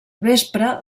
vespre